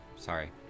Sorry